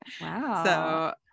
Wow